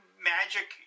magic